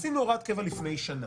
עשינו הוראת קבע לפני שנה,